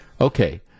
Okay